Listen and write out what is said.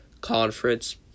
conference